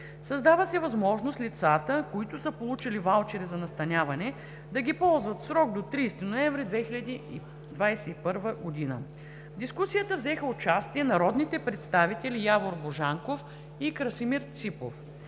Създава се възможност лицата, които са получили ваучери за настаняване, да ги ползват в срок до 30 ноември 2021 г. В дискусията взеха участие народните представители Явор Божанков и Красимир Ципов.